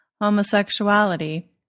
Homosexuality